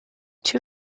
two